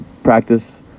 practice